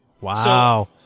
Wow